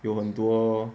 有很多